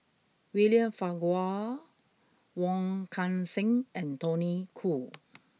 William Farquhar Wong Kan Seng and Tony Khoo